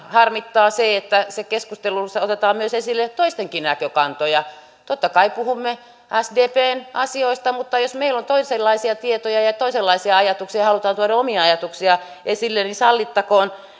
harmittaa se että keskustelussa otetaan myös esille toistenkin näkökantoja totta kai puhumme sdpn asioista mutta jos meillä on toisenlaisia tietoja ja ja toisenlaisia ajatuksia ja haluamme tuoda omia ajatuksiamme esille niin sallittakoon